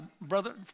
brother